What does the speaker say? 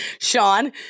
Sean